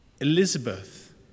Elizabeth